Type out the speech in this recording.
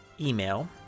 email